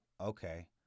Okay